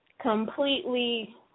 completely